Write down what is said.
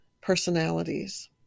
personalities